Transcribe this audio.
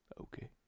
Okay